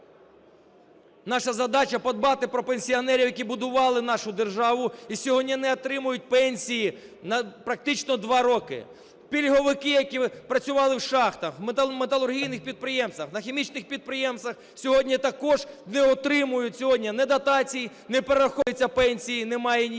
Наша задача подбати про пенсіонерів, які будували нашу державу і сьогодні не отримують пенсії практично два роки. Пільговики, які працювали в шахтах, на металургійних підприємствах, на хімічних підприємствах, сьогодні також не отримують ні дотацій, не перераховуються пенсії, немає ніяких